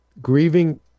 grieving